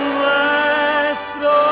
nuestro